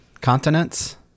continents